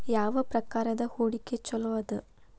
ಯಾವ ಪ್ರಕಾರದ ಹೂಡಿಕೆ ಚೊಲೋ ಅದ